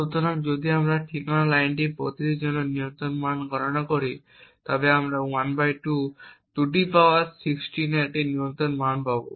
সুতরাং যদি আমরা এই ঠিকানা লাইনগুলির প্রতিটির জন্য নিয়ন্ত্রণ মান গণনা করি তবে আমরা 12 16 এর একটি নিয়ন্ত্রণ মান পাব